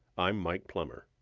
i'm mike plummer.